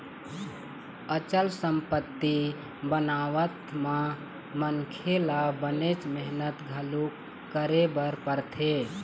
अचल संपत्ति बनावत म मनखे ल बनेच मेहनत घलोक करे बर परथे